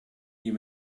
you